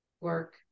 work